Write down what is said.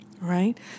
Right